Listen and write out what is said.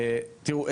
תראו,